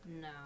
No